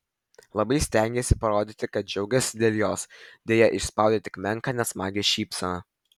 labai stengėsi parodyti kad džiaugiasi dėl jos deja išspaudė tik menką nesmagią šypseną